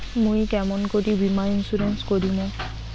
মুই কেমন করি বীমা ইন্সুরেন্স করিম?